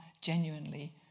genuinely